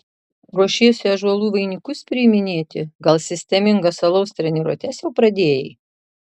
ruošiesi ąžuolų vainikus priiminėti gal sistemingas alaus treniruotes jau pradėjai